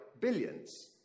billions